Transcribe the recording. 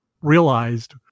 realized